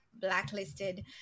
Blacklisted